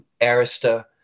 Arista